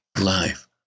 life